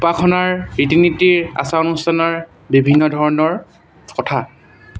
উপাসনাৰ ৰীতি নীতিৰ আচাৰ অনুষ্ঠানৰ বিভিন্ন ধৰণৰ কথা